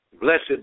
Blessed